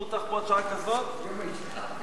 לוועדת החוץ והביטחון נתקבלה.